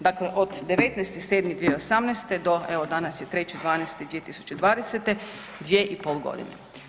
Dakle od 19.7.2018. do evo danas je 3.12.2020. 2,5 godine.